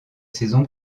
saison